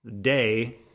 day